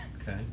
Okay